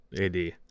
AD